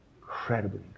Incredibly